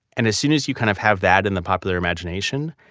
and as soon as you kind of have that in the popular imagination,